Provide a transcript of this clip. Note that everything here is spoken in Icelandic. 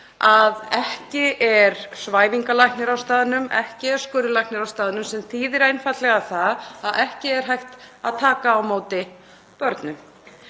að ekki er svæfingarlæknir á staðnum og ekki er skurðlæknir á staðnum sem þýðir einfaldlega að ekki er hægt að taka á móti börnum.